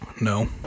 No